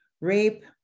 rape